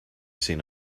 seen